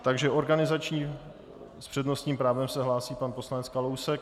Takže organizační s přednostním právem se hlásí pan poslanec Kalousek.